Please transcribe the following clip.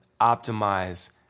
optimize